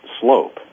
slope